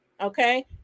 Okay